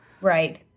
Right